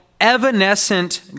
evanescent